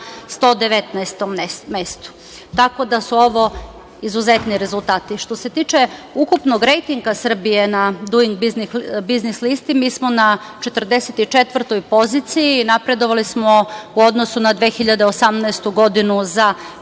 119. mestu. Ovo su izuzetni rezultati. Što se tiče ukupnog rejtinga Srbije na Duing biznis listi, mi smo na 44. poziciji i napredovali smo u odnosu na 2018. godinu za četiri